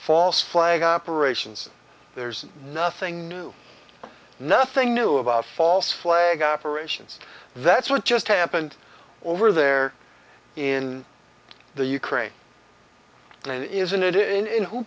false flag operations there's nothing new nothing new about false flag operations that's what just happened over there in the ukraine and isn't it in who